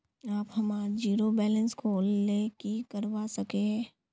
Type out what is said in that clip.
आप हमार zero balance खोल ले की करवा सके है?